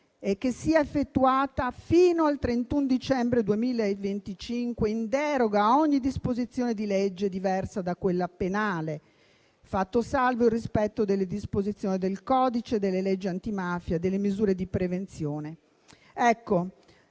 questa sia effettuata fino al 31 dicembre 2025 in deroga a ogni disposizione di legge diversa da quella penale, fatto salvo il rispetto delle disposizioni del codice delle leggi antimafia e delle misure di prevenzione. Sono